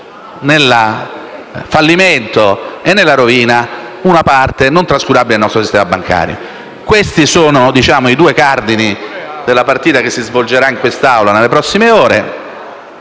nel fallimento e nella rovina una parte non trascurabile del nostro sistema bancario. Questi sono i due cardini della partita che si svolgerà in quest'Assemblea nelle prossime ore